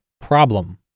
problem